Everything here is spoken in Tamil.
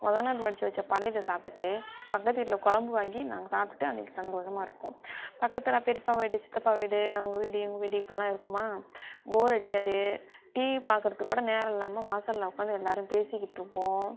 முதநாள் வடிச்சு வச்ச பழையதை சாப்பிட்டுட்டு பக்கத்து வீட்டில் குழம்பு வாங்கி நாங்கள் சாப்பிட்டுட்டு அன்னக்கு சந்தோஷமாக இருப்போம் பக்கத்தில் பெரியப்பா வீடு சித்தப்பா வீடு அவங்க வீடு இவங்க வீடு இப்படிலாம் இருக்குமா போர் அடிக்காது டிவி பார்க்குறதுக்கு கூட நேரம் இல்லாம வாசலில் உட்காந்து எல்லாரும் பேசிக்கிட் இருப்போம்